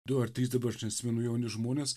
du ar trys dabar aš neatsimenu jauni žmonės